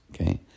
okay